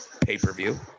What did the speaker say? pay-per-view